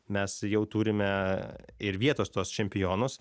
mes jau turime ir vietos tuos čempionus